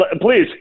please